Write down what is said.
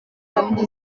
gahunda